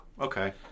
Okay